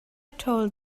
told